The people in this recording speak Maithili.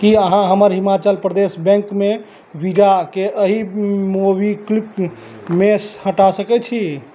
की अहाँ हमर हिमाचल प्रदेश बैंकमे वीजाके अही मोबीक्लिक मेसँ हटा सकैत छी